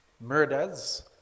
murders